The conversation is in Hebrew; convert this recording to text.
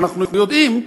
אנחנו יודעים,